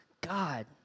God